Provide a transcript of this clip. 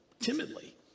timidly